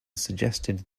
suggested